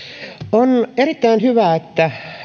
on erittäin hyvä että